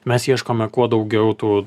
mes ieškome kuo daugiau tų